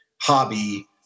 hobby